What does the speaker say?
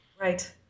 Right